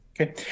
Okay